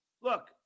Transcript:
Look